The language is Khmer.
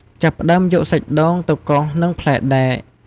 ចាប់ផ្ដើមយកសាច់ដូងទៅកោសនឹងផ្លែដែក។